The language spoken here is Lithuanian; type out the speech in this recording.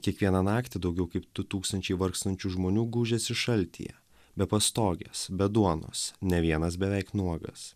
kiekvieną naktį daugiau kaip du tūkstančiai vargstančių žmonių gūžėsi šaltyje be pastogės be duonos ne vienas beveik nuogas